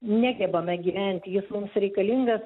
negebame gyventi jis mums reikalingas